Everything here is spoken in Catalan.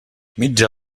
mitja